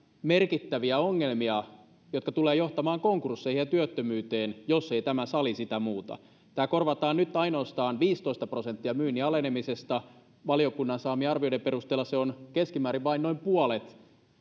merkittäviä ongelmia jotka tulevat johtamaan konkursseihin ja työttömyyteen jos ei tämä sali niitä muuta nyt korvataan ainoastaan viisitoista prosenttia myynnin alenemisesta valiokunnan saamien arvioiden perusteella se on keskimäärin vain noin puolet